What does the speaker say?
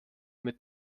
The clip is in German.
mit